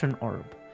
orb